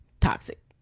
toxic